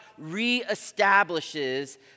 reestablishes